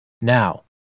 now